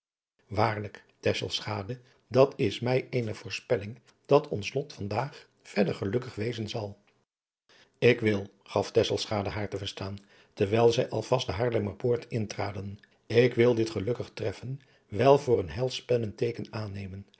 tesselschade dat is mij eene voorspelling dat ons lot van daag verder gelukkig wezen zal ik wil gaf tesselschade haar te verstaan terwijl zij al vast de haarlemmer poort intraden ik wil dit gelukkig treffen wel voor een heilspellend teeken aannemen